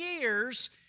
years